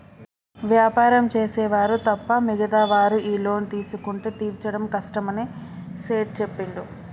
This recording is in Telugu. వ్యాపారం చేసే వారు తప్ప మిగతా వారు ఈ లోన్ తీసుకుంటే తీర్చడం కష్టమని సేట్ చెప్పిండు